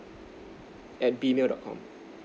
at gmail dot com